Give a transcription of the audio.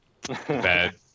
Bad